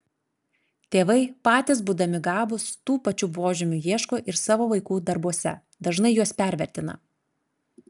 tėvai patys būdami gabūs tų pačių požymių ieško ir savo vaikų darbuose dažnai juos pervertina